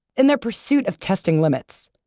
in their pursuit of testing limits,